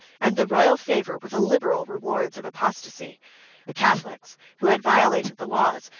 and the royal favor, were the liberal rewards of apostasy the catholics, who had violated the laws,